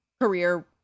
career